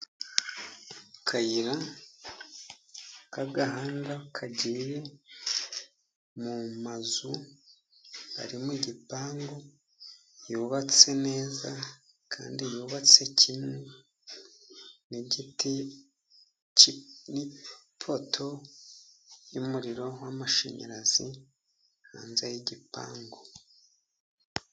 Akayira k'agahanda kagiye mu mazu ari mu gipangu yubatse neza, kandi yubatse kimwe, n'igiti n'ipoto y'umuriro w'amashanyarazi hanze y'igipangu.